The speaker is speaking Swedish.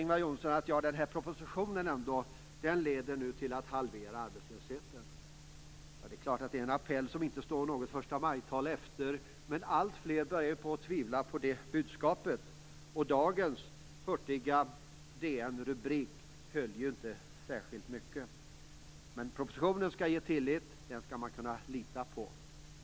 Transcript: Ingvar Johnsson säger att propositionen leder till att arbetslösheten halveras. Det är en appell som inte står något förstamajtal efter. Men alltfler börjar tvivla på det budskapet. Dagens hurtiga DN-rubrik höll inte särskilt mycket. Propositionen skall ge tillit. Den skall man kunna lita på.